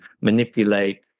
manipulate